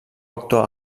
actor